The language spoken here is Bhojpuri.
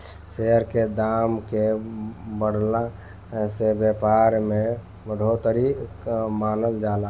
शेयर के दाम के बढ़ला से व्यापार में बढ़ोतरी मानल जाला